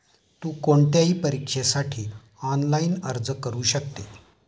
तु कोणत्याही परीक्षेसाठी ऑनलाइन अर्ज करू शकते